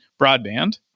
broadband